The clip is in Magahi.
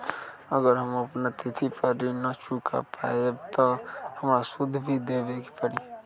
अगर हम अपना तिथि पर ऋण न चुका पायेबे त हमरा सूद भी देबे के परि?